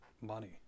money